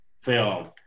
film